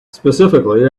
specifically